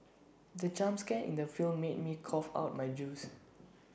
the jump scare in the film made me cough out my juice